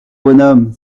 bonhomme